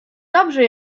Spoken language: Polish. dobrze